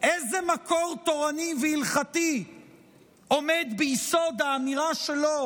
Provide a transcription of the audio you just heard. איזה מקור תורני והלכתי עומד ביסוד האמירה שלו,